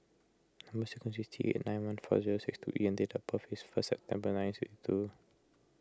Number Sequence is T eight nine one four zero six two E and date of birth is first September nineteen sixty two